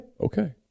Okay